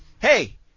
hey